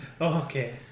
Okay